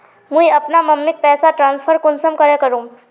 मुई अपना मम्मीक पैसा ट्रांसफर कुंसम करे करूम?